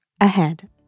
ahead